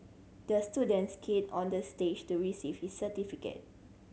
the student skated on the stage to receive his certificate